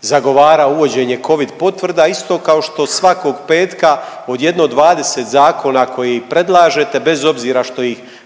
zagovarao uvođenje covid potvrda, isto kao što svakog petka od jedno 20 zakona koji predlažete bez obzira što ih predlaže